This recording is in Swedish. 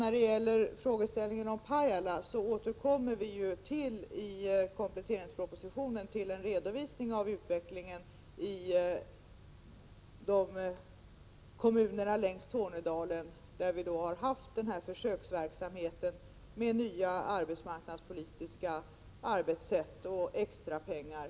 När det gäller frågan om Pajala vill jag säga att vi i kompletteringspropositionen återkommer med en redovisning av utvecklingen i kommunerna i Tornedalen, där vi ju har haft försöksverksamhet med nya arbetsmarknadspolitiska arbetssätt och extrapengar.